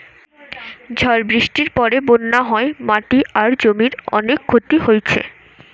ঝড় বৃষ্টির পরে বন্যা হয়ে মাটি আর জমির অনেক ক্ষতি হইছে